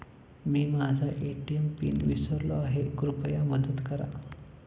मी माझा ATM pin विसरलो आहे, कृपया मदत करा